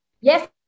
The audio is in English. Yes